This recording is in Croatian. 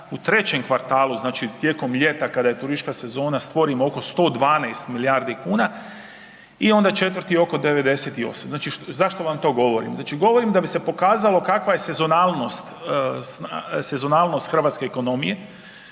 u trećem kvartalu znači tijekom ljeta znači kada je turistička sezona stvorimo oko 112 milijardi kuna i onda četvrti oko 98. Zašto vam to govorim? Govorim da bi se pokazalo kakva je sezonalnost hrvatske ekonomije,